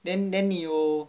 then then you